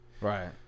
Right